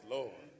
Lord